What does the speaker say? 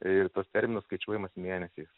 ir tas terminas skaičiuojamas mėnesiais